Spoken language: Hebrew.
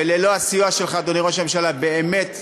וללא הסיוע שלך, אדוני ראש הממשלה, באמת,